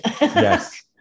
yes